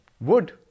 Wood